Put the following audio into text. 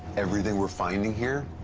everything we're finding here,